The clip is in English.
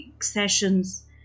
sessions